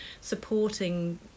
supporting